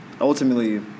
ultimately